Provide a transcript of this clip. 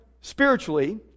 spiritually